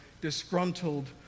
disgruntled